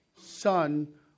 son